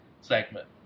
segment